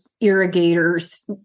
irrigators